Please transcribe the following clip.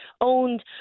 owned